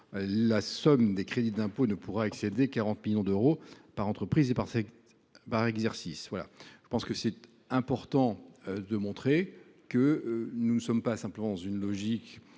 la somme des crédits d’impôt ne pourra excéder 40 millions d’euros par entreprise et par exercice. Nous devons montrer que nous ne sommes pas uniquement dans une logique